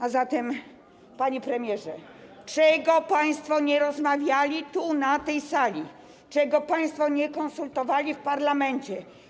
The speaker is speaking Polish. A zatem, panie premierze, czemu państwo nie rozmawiali tu, na tej sali, czego państwo nie konsultowali w parlamencie?